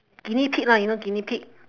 guinea pig lah you know guinea pig